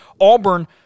Auburn